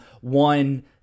one